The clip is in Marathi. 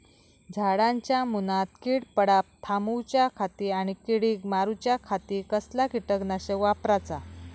झाडांच्या मूनात कीड पडाप थामाउच्या खाती आणि किडीक मारूच्याखाती कसला किटकनाशक वापराचा?